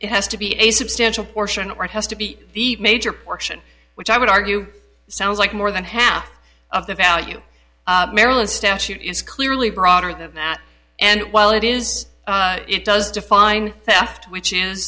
it has to be a substantial portion or it has to be the major portion which i would argue sounds like more than half of the value maryland statute is clearly broader than that and while it is it does define theft which is